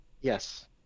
Yes